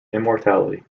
immortality